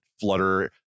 Flutter